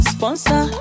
Sponsor